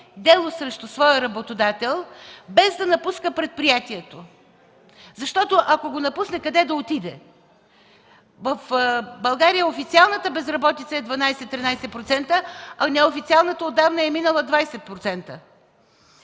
дело срещу своя работодател, без да напуска предприятието. Защото, ако го напусне, къде да отиде?! В България официалната безработица е 12-13%, а неофициалната отдавна е минала 20%.